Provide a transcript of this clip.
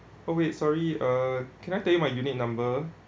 oh wait sorry uh can I tell you my unit number